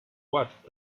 what